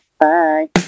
bye